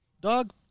Dog